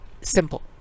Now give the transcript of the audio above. simple